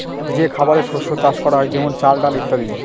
যে খাবারের শস্য চাষ করা হয় যেমন চাল, ডাল ইত্যাদি